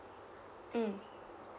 mm